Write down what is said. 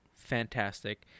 Fantastic